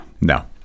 No